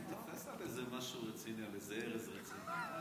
בוא תיתפס על איזה משהו רציני, על איזה ארז רציני.